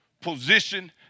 position